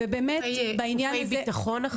ובאמת בעניין הזה --- גופי ביטחון אחרים?